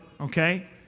Okay